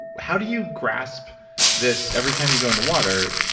how do you grasp this every time you go in the water,